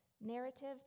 narrative